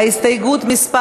הסתייגות מס'